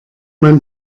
man